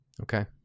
Okay